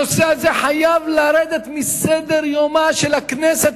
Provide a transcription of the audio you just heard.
הנושא הזה חייב לרדת מסדר-יומה של הכנסת,